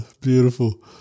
beautiful